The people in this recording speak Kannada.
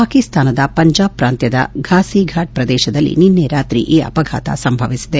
ಪಾಕಿಸ್ತಾನದ ಪಂಜಾಬ್ ಪ್ರಾಂತ್ಯದ ಫಾಸಿಘಾಟ್ ಪ್ರದೇಶದಲ್ಲಿ ನಿನ್ನೆ ರಾತ್ರಿ ಈ ಅಪಘಾತ ಸಂಭವಿಸಿದೆ